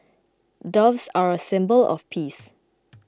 doves are a symbol of peace